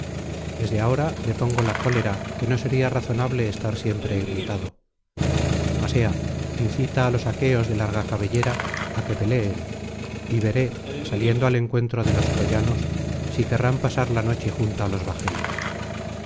desde ahora depongo la cólera que no sería razonable estar siempre irritado mas ea incita á los aqueos de larga cabellera á que peleen y veré saliendo al encuentro de los troyanos si querrán pasar la noche junto á los bajeles